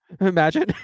Imagine